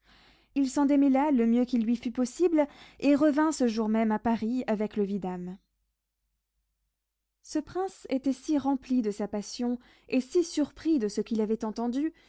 il s'en démêla le mieux qu'il lui fut possible et revint ce jour même à paris avec le vidame ce prince était si rempli de sa passion et si surpris de ce qu'il avait entendu